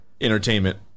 entertainment